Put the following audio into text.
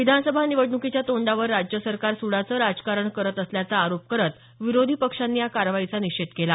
विधानसभा निवडणुकीच्या तोंडावर राज्य सरकार सूडाचं राजकारण करत असल्याचा आरोप करत विरोधी पक्षांनी या कारवाईचा निषेध केला